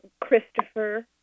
Christopher